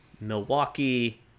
milwaukee